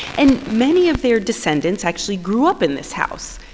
and many of their descendants actually grew up in this house.